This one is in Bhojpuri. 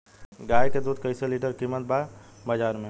गाय के दूध कइसे लीटर कीमत बा बाज़ार मे?